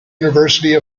university